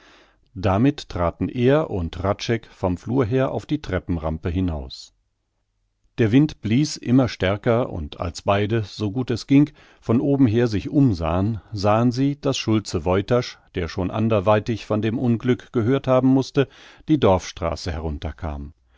damit traten er und hradscheck vom flur her auf die treppenrampe hinaus der wind blies immer stärker und als beide so gut es ging von oben her sich umsahen sahen sie daß schulze woytasch der schon anderweitig von dem unglück gehört haben mußte die dorfstraße herunter